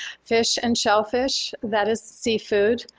fish and shellfish, that is seafood,